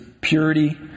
purity